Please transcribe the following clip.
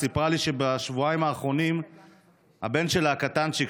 והיא סיפרה לי שבשבועיים האחרונים הבן שלה הקטנצ'יק,